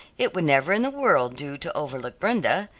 it would never in the world do to overlook brenda.